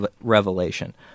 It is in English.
revelation